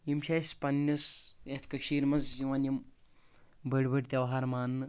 یِم چھِ اسہِ پننِس یتھ کٔشیٖرِ منٛز یِوان یِم بٔڑۍ بٔڑۍ تیہوار ماننہٕ